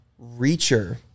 Reacher